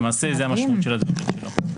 למעשה זה המשמעות של הדברים שלו.